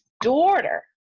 daughter